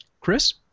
Chris